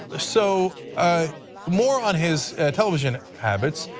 ah so ah more on his television habits.